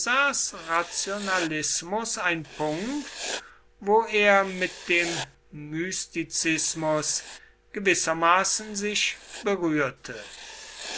caesars rationalismus ein punkt wo er mit dem mystizismus gewissermaßen sich berührte